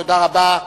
תודה רבה.